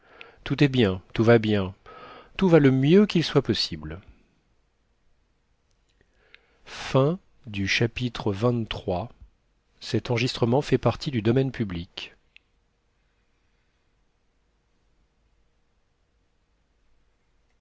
tout est bien tout va bien tout va le mieux qu'il soit possible chapitre